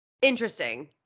Interesting